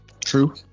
True